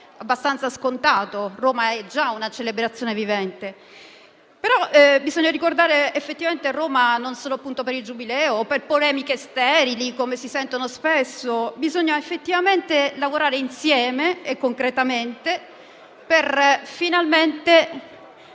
abbastanza scontato. Roma è già una celebrazione vivente. Bisogna ricordare Roma non solo per il Giubileo o per le polemiche sterili, che si sentono spesso. Bisogna lavorare insieme, concretamente. *(Commenti).*